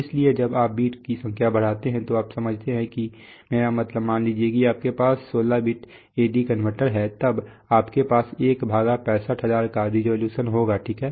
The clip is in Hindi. इसलिए जब आप बीट की संख्या बढ़ाते हैं तब आप समझते हैं कि मेरा मतलब मान लीजिए कि आपके पास 16 बीट AD कनवर्टर है तब आपके पास 165000 का रेजोल्यूशन होगा ठीक है